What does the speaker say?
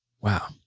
Wow